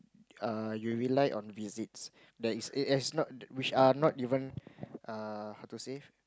uh you rely on visits that is eh which are not even uh how to say